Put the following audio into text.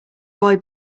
boy